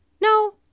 No